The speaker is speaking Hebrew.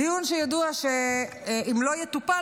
דיון שידוע שאם לא יטופל,